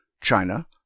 China